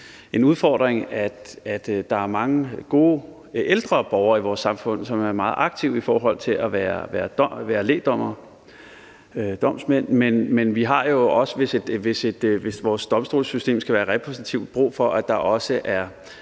en udfordring, at der er mange gode ældre borgere i vores samfund, som er meget aktive i forhold til at være lægdommere, domsmænd, men vi har jo også, hvis vores domstolssystem skal være repræsentativt, brug for, at der er